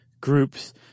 Groups